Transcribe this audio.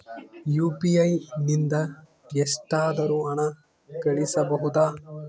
UPI ನಿಂದ ಎಷ್ಟಾದರೂ ಹಣ ಕಳಿಸಬಹುದಾ?